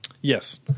Yes